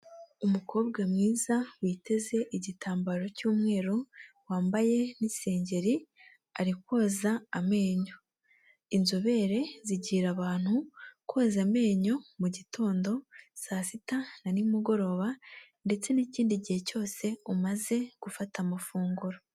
Umukobwa mwiza witeze igitambaro cy'umweru wambaye n'isengeri ari koza amenyo, inzobere zigira abantu koza amenyo mu gitondo saa sita na nimugoroba ndetse n'ikindi gihe cyose umaze gufata amafunguro.